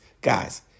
Guys